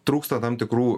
trūksta tam tikrų